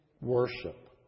worship